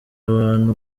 abantu